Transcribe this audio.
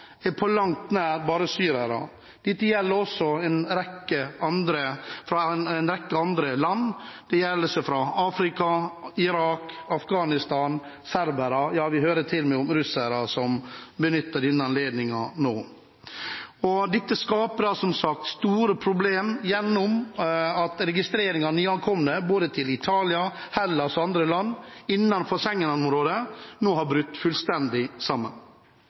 er på langt nær bare syrere. Det er også andre – fra en rekke andre land. Det dreier seg om Afrika, Irak, Afghanistan, serbere – ja vi hører til og med om russere som benytter anledningen nå. Dette skaper, som sagt, store problemer ved at registreringen av nyankomne til både Italia, Hellas og andre land innenfor Schengen-området nå har brutt fullstendig sammen.